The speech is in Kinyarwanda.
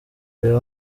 urebe